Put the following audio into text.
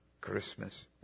Christmas